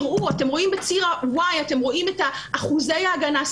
אתם רואים בציר Y את אחוזי ההגנה.